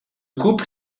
couple